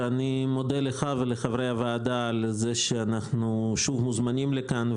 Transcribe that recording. ואני מודה לך ולחברי הוועדה על זה שאנחנו שוב מוזמנים לכאן,